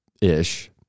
ish